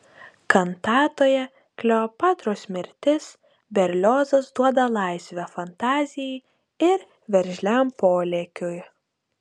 kantatoje kleopatros mirtis berliozas duoda laisvę fantazijai ir veržliam polėkiui